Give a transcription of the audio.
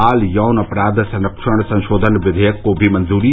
बाल यौन अपराध संरक्षण संशोधन विधेयक को भी मंजूरी